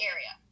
Area